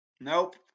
Nope